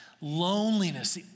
loneliness